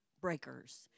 breakers